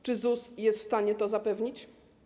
Czy ZUS jest w stanie to zapewnić?